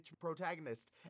protagonist